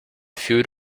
food